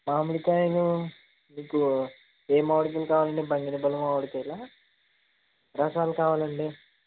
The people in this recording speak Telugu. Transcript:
మామిడికాయలు మీకు ఏ మామిడికాయలు కావాలా అండి బంగినపల్లి మామిడి కాయలా రసాలు కావాలా అండి